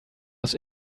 was